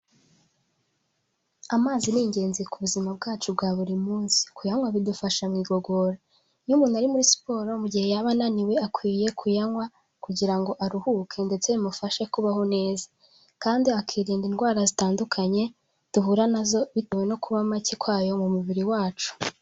Amazi ni ingenzi ku buzima bwacu bwa buri munsi, kuyanywa bidufasha mu igogora, iyo umuntu ari muri siporo mu gihe yaba ananiwe akwiye kuyanywa kugira ngo aruhuke ndetse bimufashe kubaho neza kandi akirinda indwara zitandukanye duhura nazo bitewe no kuba make kwayo mu mubiri wacu.